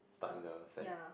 park in the sand